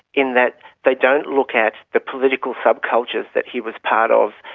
in that they don't look at the political subcultures that he was part of,